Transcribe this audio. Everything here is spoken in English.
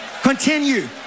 continue